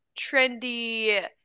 trendy